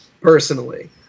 personally